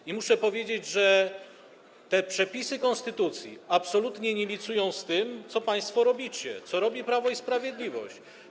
I muszę powiedzieć, że te przepisy konstytucji absolutnie nie licują z tym, co państwo robicie, co robi Prawo i Sprawiedliwość.